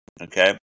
Okay